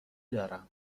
دارم